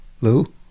Lou